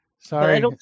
Sorry